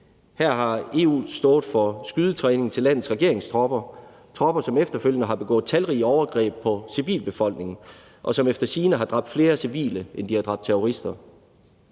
EU har stået for skydetræning af landets regeringstropper, tropper, som efterfølgende har begået talrige overgreb på civilbefolkningen, og som efter sigende har dræbt flere civile, end de har